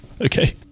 okay